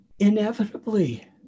Inevitably